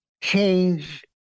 change